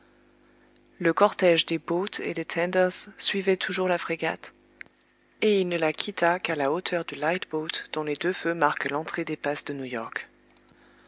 le cortège des boats et des tenders suivait toujours la frégate et il ne la quitta qu'à la hauteur du light boat dont les deux feux marquent l'entrée des passes de new york